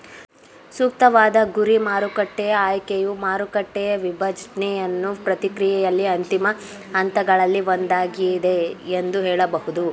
ಸೂಕ್ತವಾದ ಗುರಿ ಮಾರುಕಟ್ಟೆಯ ಆಯ್ಕೆಯು ಮಾರುಕಟ್ಟೆಯ ವಿಭಜ್ನೆಯ ಪ್ರಕ್ರಿಯೆಯಲ್ಲಿ ಅಂತಿಮ ಹಂತಗಳಲ್ಲಿ ಒಂದಾಗಿದೆ ಎಂದು ಹೇಳಬಹುದು